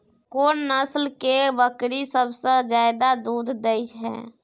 कोन नस्ल के बकरी सबसे ज्यादा दूध दय हय?